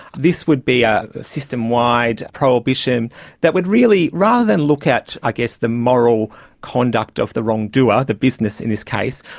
this would be a system-wide prohibition that would really, rather than look at i guess the moral conduct of the wrongdoer, the business in this case,